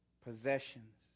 possessions